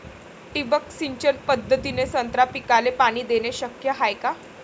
ठिबक सिंचन पद्धतीने संत्रा पिकाले पाणी देणे शक्य हाये का?